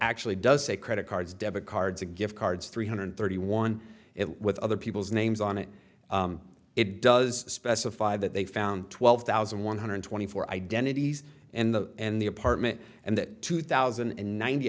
actually does say credit cards debit cards a gift cards three hundred thirty one it with other people's names on it it does specify that they found twelve thousand one hundred twenty four identities and the and the apartment and that two thousand and ninety